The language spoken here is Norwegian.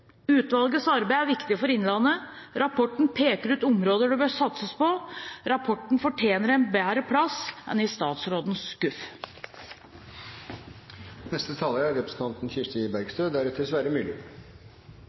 Utvalgets arbeid er viktig for innlandet. Rapporten peker ut områder det bør satses på, og den fortjener en bedre plass enn i statsrådens skuff. Det er